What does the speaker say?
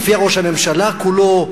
הופיע ראש הממשלה כולו,